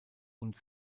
und